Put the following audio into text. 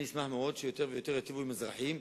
אני אשמח מאוד שיותר ייטיבו עם אזרחים,